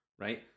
Right